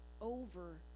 over